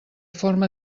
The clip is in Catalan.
forma